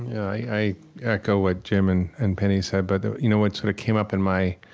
i echo what jim and and penny said but you know what sort of came up in my